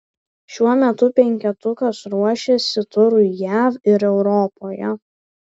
šiuo metu penketukas ruošiasi turui jav ir europoje